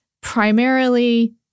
primarily